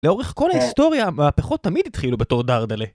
לאורך כל ההיסטוריה, המהפכות תמיד התחילו בתור דרדלה.